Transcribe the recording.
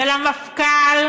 ולמפכ"ל,